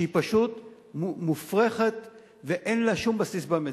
שהיא פשוט מופרכת ואין לה שום בסיס במציאות.